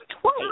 twice